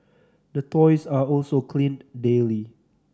the toys are also cleaned daily